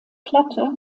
platte